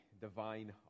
divine